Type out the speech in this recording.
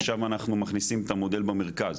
עכשיו אנחנו מכניסים את המודל במרכז.